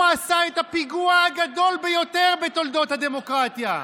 הוא עשה את הפיגוע הגדול ביותר בתולדות הדמוקרטיה.